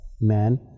man